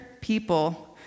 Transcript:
people